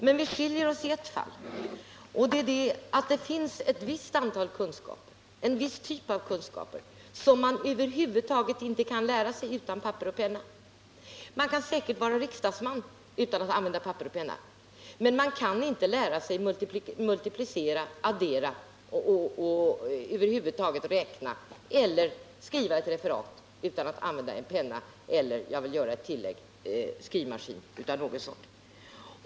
Men vi skiljer oss åt i ett avseende, nämligen där jag anser att det finns en viss typ av kunskaper som man inte kan tillägna sig utan papper och penna. Man kan säkert vara riksdagsman utan att använda papper och penna, men man kan inte lära sig multiplicera, addera och över huvud taget att räkna eller skriva ett referat utan att använda penna eller — jag vill göra ett tillägg — skrivmaskin.